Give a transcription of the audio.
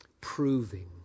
proving